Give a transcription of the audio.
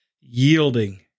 yielding